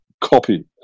copy